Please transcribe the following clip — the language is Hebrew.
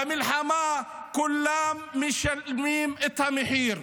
במלחמה כולם משלמים את המחיר.